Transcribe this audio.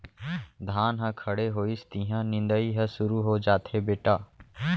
धान ह खड़े होइस तिहॉं निंदई ह सुरू हो जाथे बेटा